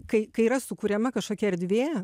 kai kai yra sukuriama kažkokia erdvė